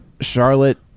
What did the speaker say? Charlotte